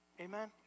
Amen